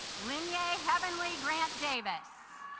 lynnie a a heavenly grant davis